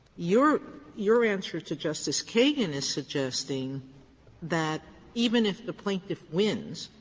your your answer to justice kagan is suggesting that even if the plaintiff wins,